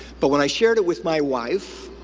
but when i shared it with my wife,